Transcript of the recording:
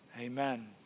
Amen